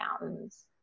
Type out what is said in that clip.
mountains